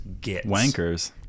wankers